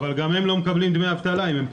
אבל גם הם לא מקבלים דמי אבטלה אם הם פוטרו.